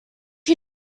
you